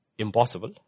impossible